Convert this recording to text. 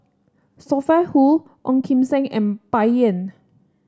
Sophia Hull Ong Kim Seng and Bai Yan